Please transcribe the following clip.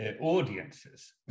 audiences